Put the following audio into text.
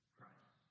Christ